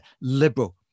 liberal